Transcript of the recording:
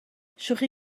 شوخی